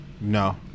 No